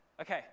Okay